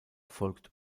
folgt